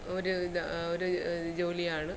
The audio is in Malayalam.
ഒരു ഇതാ ഒരു ജോലിയാണ്